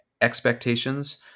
expectations